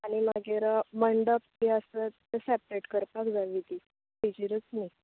आनी मागीर मंडप बी आसल्यार तें सेपरेट करपाक जाय विधी स्टेजीरच न्ही